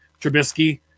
Trubisky